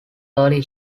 early